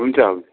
हुन्छ